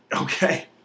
Okay